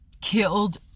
killed